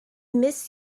miss